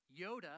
yoda